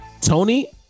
Tony